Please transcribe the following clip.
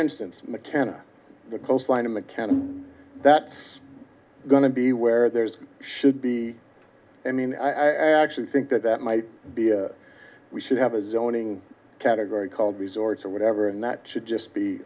instance mccann the coastline in the can that's going to be where there's should be i mean i actually think that that might be we should have a zoning category called resorts or whatever and that should just be